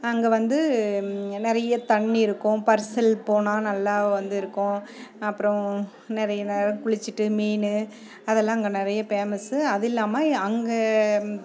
அங்கே வந்து நிறைய தண்ணி இருக்கும் பரிசில் போனால் நல்லா வந்து இருக்கும் அப்புறம் நிறைய நேரம் குளிச்சுட்டு மீன் அதெல்லாம் அங்கே நிறைய பேமஸ்ஸு அதுவும் இல்லாமல் அங்கே